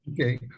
okay